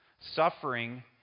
Suffering